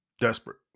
desperate